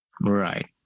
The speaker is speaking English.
Right